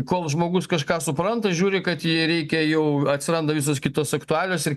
kol žmogus kažką supranta žiūri kad jį reikia jau atsiranda visos kitos aktualijos ir